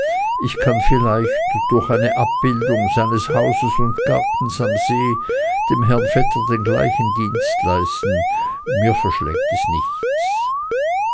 ich kann vielleicht durch eine abbildung seines hauses und gartens am see dem herrn vetter den gleichen dienst leisten mir verschlägt es nichts